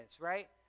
right